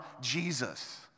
Jesus